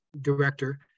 Director